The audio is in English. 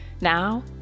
Now